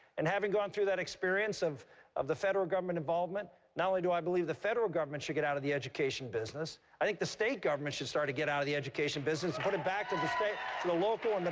and having gone through that experience of of the federal government involvement, not only do i believe the federal government should get out of the education business, i think the state government should start to get out of the education business and put it back to the state to the local and